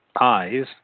eyes